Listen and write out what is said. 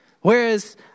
Whereas